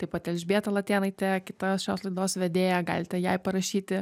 taip pat elžbieta latėnaitė kita šios laidos vedėja galite jai parašyti